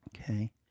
Okay